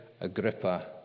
Agrippa